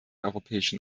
europäischen